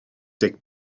deg